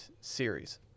series